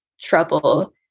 trouble